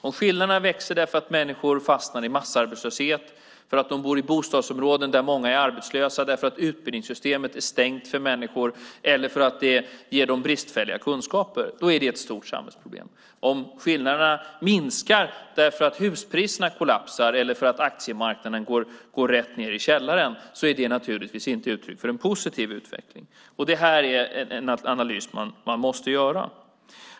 Om skillnaderna växer för att människor fastnar i massarbetslöshet för att de bor i bostadsområden där många är arbetslösa till följd av att utbildningssystemet är stängt eller ger dem bristfälliga kunskaper är det ett stort samhällsproblem. Om skillnaderna minskar för att huspriserna dyker eller för att aktiemarknaden går rätt ned i källaren är det naturligtvis inte uttryck för en positiv utveckling. Det här är en analys man måste göra.